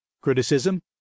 criticism